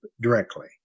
directly